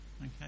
Okay